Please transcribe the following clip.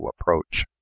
approach